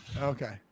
Okay